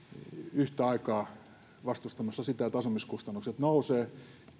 yhtä aikaa vastustamassa sitä että asumiskustannukset nousevat